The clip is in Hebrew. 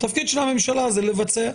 התפקיד של הממשלה זה לבצע.